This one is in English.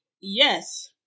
yes